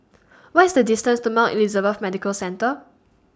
What IS The distance to Mount Elizabeth Medical Centre